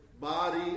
body